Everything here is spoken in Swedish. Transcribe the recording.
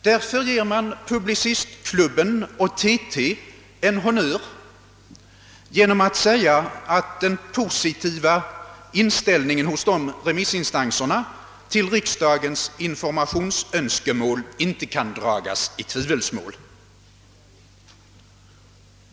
Därför ger man Publicistklubben och TT en honnör genom att säga att den. positiva inställningen hos dessa remissinstanser till riksdagens informationsönskemål inte kan dragas i tvivelsmål.